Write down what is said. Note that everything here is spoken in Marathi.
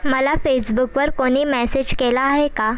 मला फेसबुकवर कोणी मॅसेज केला आहे का